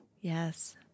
Yes